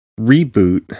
reboot